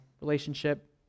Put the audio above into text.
relationship